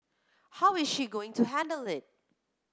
how is she going to handle it